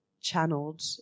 channeled